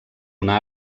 una